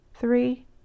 three